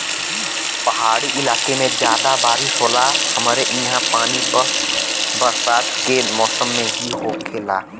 पहाड़ी इलाके में जादा बारिस होला हमरे ईहा पानी बस बरसात के मौसम में ही होखेला